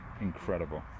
incredible